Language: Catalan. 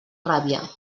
ràbia